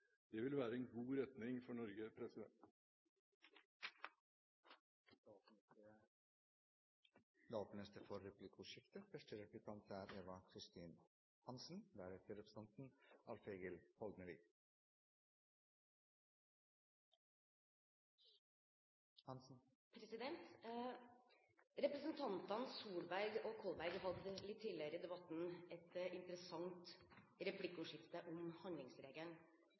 Det vil være en god retning for Norge. Det blir replikkordskifte. Representantene Solberg og Kolberg hadde litt tidligere i debatten et interessant replikkordskifte om handlingsregelen.